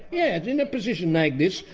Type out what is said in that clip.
yeah and in a position like this,